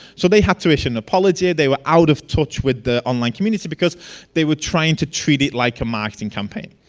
so they had to issue an apology. they were out of touch with the online community, because they were trying to treat it like a marketing campaign.